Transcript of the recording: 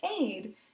aid